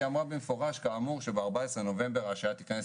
היא אמרה במפורש כאמור שב-14 בנובמבר ההשעיה תכנס